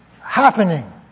happening